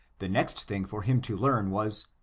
the next thing for him to learn was,